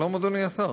שלום, אדוני השר.